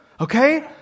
okay